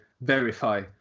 verify